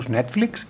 Netflix